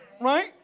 right